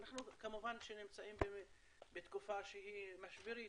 אנו כמובן נמצאים בתקופת משבר הקורונה,